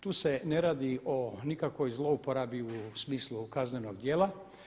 Tu se ne radi o nikakvoj zlouporabi u smislu kaznenog djela.